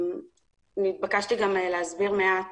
נתבקשתי להסביר מעט